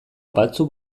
batzuk